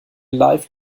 live